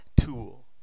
tool